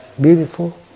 beautiful